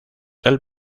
del